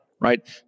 right